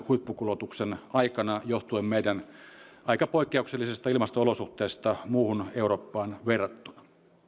huippukulutuksen aikana johtuen meidän aika poikkeuksellisista ilmasto olosuhteistamme muuhun eurooppaan verrattuna